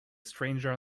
stranger